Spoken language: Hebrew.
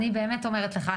אני באמת אומרת לך,